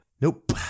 Nope